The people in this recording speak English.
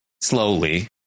slowly